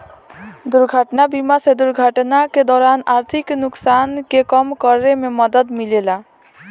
दुर्घटना बीमा से दुर्घटना के दौरान आर्थिक नुकसान के कम करे में मदद मिलेला